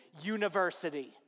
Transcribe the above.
University